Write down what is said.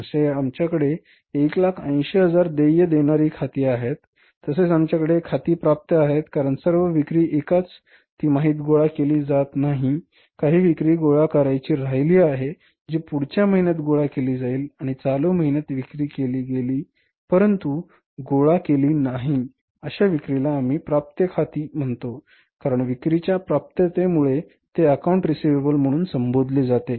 जसे आमच्याकडे 180000 देय देणारी खाती आहेत तसेच आमच्याकडे खाती प्राप्य आहेत कारण सर्व विक्री एकाच तिमाहीत गोळा केली जात नाही काही विक्री गोळा करायची राहिली आहे जी पुढच्या महिन्यात गोळा केली जाईल आणि चालू तिमाहीत विक्री केली गेली परंतु गोळा केली गेली नाही अशा विक्रीला आम्ही प्राप्य खाती म्हणतो कारण विक्रीच्या प्राप्यतेमुळे ते अकाउंट रिसीव्हिबल म्हणून संबोधले जाते